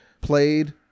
played